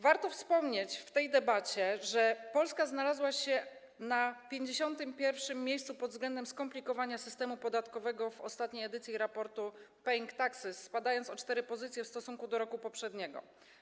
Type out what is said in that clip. Warto wspomnieć w tej debacie, że Polska znalazła się na 51. miejscu pod względem skomplikowania systemu podatkowego w ostatniej edycji raportu Paying Taxes, spadając o cztery pozycje w stosunku do roku poprzedniego.